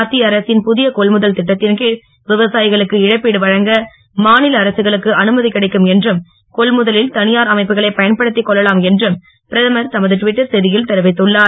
மத்திய அரசின் புதிய கொள்முதல் திட்டத்தின் கிழ் விவசாயிகளுக்கு இழப்பீடு வழங்க மாநில அரசுகளுக்கு அனுமதி கிடைக்கும் என்றும் கொள்முதலில் தனியார் அமைப்புகளை பயன்படுத்திக் கொள்ளலாம் என்றும் பிரதமர் தமது ட்விட்டர் செய்தியில் தெரிவித்துள்ளார்